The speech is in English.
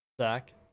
Zach